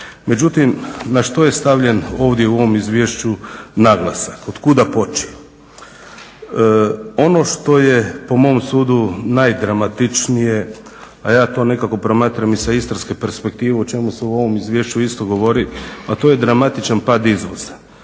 Međutim, na što je stavljen ovdje u ovom izvješću naglasak? Otkuda poći? Ono što je, po mom sudu, najdramatičnije a ja to nekako promatram i sa istarske perspektive u čemu se u ovom izvješću isto govori, a to je dramatičan pad izvoza.